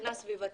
מבחינה סביבתית,